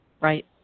Right